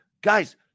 guys